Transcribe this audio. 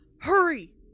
hurry